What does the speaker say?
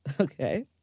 Okay